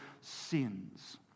sins